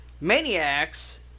maniacs